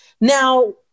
Now